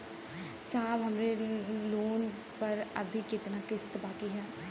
साहब हमरे लोन पर अभी कितना किस्त बाकी ह?